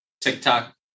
TikTok